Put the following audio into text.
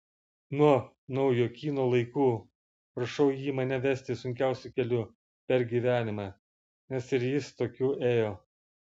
nuo naujokyno laikų prašau jį mane vesti sunkiausiu keliu per gyvenimą nes ir jis tokiu ėjo